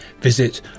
visit